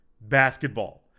basketball